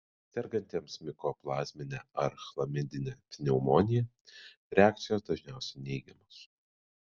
sergantiems mikoplazmine ar chlamidine pneumonija reakcijos dažniausiai neigiamos